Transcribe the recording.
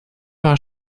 war